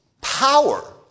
power